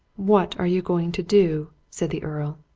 what are you going to do? said the earl.